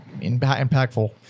impactful